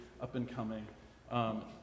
up-and-coming